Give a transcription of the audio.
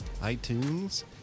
iTunes